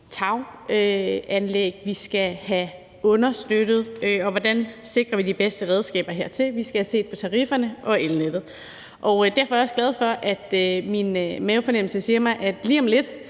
taganlæg, vi skal have understøttet, og hvordan vi sikrer de bedste redskaber hertil, og vi skal have set på tarifferne og elnettet. Derfor er jeg jo også glad for, at min mavefornemmelse siger mig, at vi faktisk